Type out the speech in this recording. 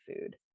food